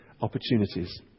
opportunities